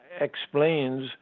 explains